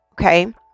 Okay